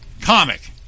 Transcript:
comic